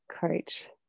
coach